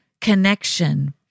connection